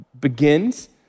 Begins